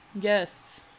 Yes